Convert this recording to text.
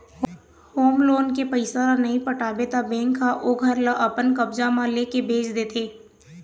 home loan के पइसा ल नइ पटा पाबे त बेंक ह ओ घर ल अपन कब्जा म लेके बेंच देथे